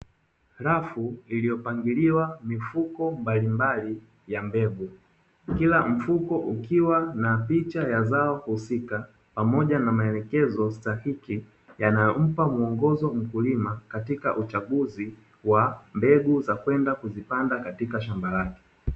Rafu iliyopangiliwa mifuko mbalimbali ya mbegu kila mfuko ukiwa na picha ya zao husika, pamoja na maelekezo stahiki yanayompa mwongozo mkulima katika uchaguzi wa mbegu za kwenda kuzipanda katika shamba lake.